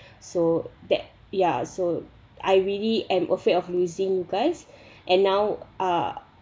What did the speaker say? so that ya so I really am afraid of losing you guys and now uh